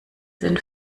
sinn